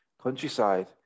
countryside